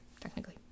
technically